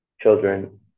Children